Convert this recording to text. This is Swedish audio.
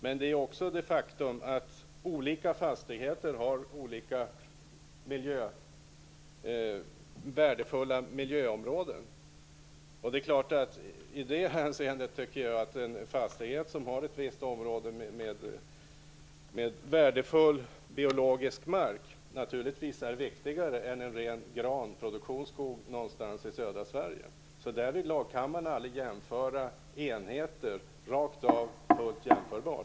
Men det är ett faktum att olika fastigheter har olika värdefulla miljöområden. I det hänseendet tycker jag att en fastighet som har ett visst område med värdefull biologisk mark naturligtvis är viktigare än en ren granskogsproduktion någonstans i södra Sverige. Därvidlag kan man aldrig jämföra enheter rakt av.